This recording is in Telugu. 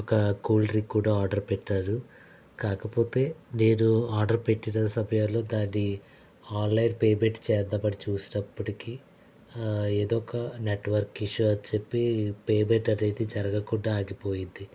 ఒక కూల్ డ్రింక్ కూడా ఆర్డర్ పెట్టాను కాకపోతే నేను ఆర్డర్ పెట్టిన సమయంలో దాన్ని ఆన్లైన్ పేమెంట్ చేద్దామని చూసినప్పటికి ఏదో ఒక నెట్వర్క్ ఇష్యూ అని చెప్పి పేమెంట్ అనేది జరగకుండా ఆగిపోయింది